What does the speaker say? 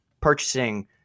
purchasing